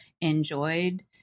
enjoyed